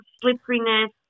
slipperiness